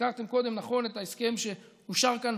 הזכרתם קודם נכון את ההסכם שאושר כאן